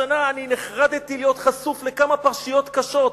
השנה אני נחרדתי להיות חשוף לכמה פרשיות קשות: